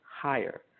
higher